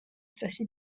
წესი